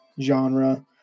genre